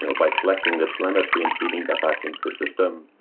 you know by collecting the telemetry and feeding that back into the system,